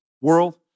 world